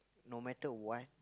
no matter what